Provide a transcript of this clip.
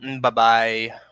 Bye-bye